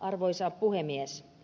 arvoisa puhemies